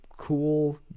cool